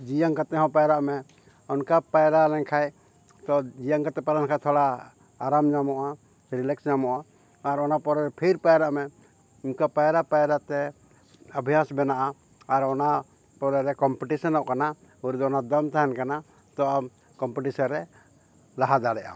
ᱡᱤᱭᱟᱹᱢ ᱠᱟᱛᱮᱦᱚᱸ ᱯᱟᱭᱨᱟᱜᱼᱢᱮ ᱚᱱᱠᱟ ᱯᱟᱭᱨᱟ ᱞᱮᱱᱠᱷᱟᱱ ᱛᱚ ᱡᱤᱭᱟᱹᱢ ᱠᱟᱛᱮᱫ ᱯᱟᱭᱨᱟ ᱞᱮᱱᱠᱷᱟᱱ ᱛᱷᱚᱲᱟ ᱟᱨᱟᱢ ᱧᱟᱢᱚᱜᱼᱟ ᱨᱤᱞᱟᱠᱥ ᱧᱟᱢᱚᱜᱼᱟ ᱟᱨ ᱚᱱᱟ ᱯᱚᱨᱮ ᱯᱷᱤᱨ ᱯᱟᱭᱨᱟᱜ ᱢᱮ ᱚᱱᱠᱟ ᱯᱟᱭᱨᱟ ᱯᱟᱭᱨᱟᱛᱮ ᱟᱵᱽᱵᱷᱟᱥ ᱵᱮᱱᱟᱜᱼᱟ ᱟᱨ ᱚᱱᱟ ᱯᱚᱨᱮᱼᱨᱮ ᱠᱚᱢᱯᱤᱴᱤᱥᱮᱱᱚᱜ ᱠᱟᱱᱟ ᱫᱚᱢ ᱛᱟᱦᱮᱱ ᱠᱟᱱᱟ ᱛᱚ ᱟᱢ ᱠᱚᱢᱯᱤᱴᱤᱥᱮᱱ ᱨᱮ ᱞᱟᱦᱟ ᱫᱟᱲᱮᱭᱟᱜᱼᱟᱢ